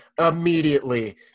immediately